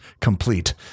complete